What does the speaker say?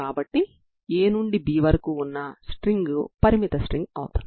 దాని నుండి μL2n1π2 n0123 పరిష్కారం అవుతుంది